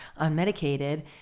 unmedicated